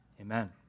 Amen